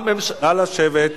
נא לשבת.